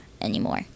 anymore